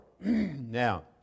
Now